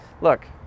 Look